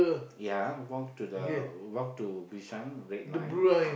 ya walk to the walk to Bishan red line